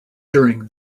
during